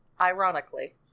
ironically